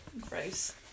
gross